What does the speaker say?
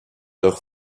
doch